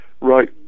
right